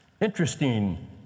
interesting